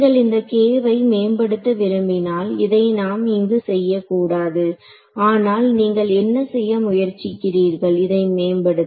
நீங்கள் இந்த k வை மேம்படுத்த விரும்பினால் இதை நாம் இங்கு செய்யக்கூடாது ஆனால் நீங்கள் என்ன செய்ய முயற்சிக்கிறீர்கள் இதை மேம்படுத்த